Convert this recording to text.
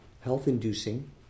health-inducing